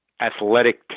athletic